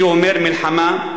שאומר מלחמה,